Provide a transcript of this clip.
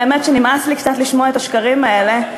והאמת שנמאס לי קצת לשמוע את השקרים האלה,